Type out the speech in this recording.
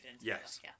Yes